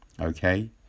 Okay